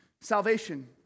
salvation